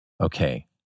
okay